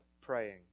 praying